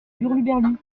d’hurluberlus